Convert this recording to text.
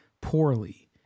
poorly